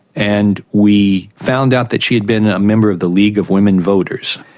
and we found out that she had been a member of the league of women voters,